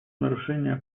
нарушение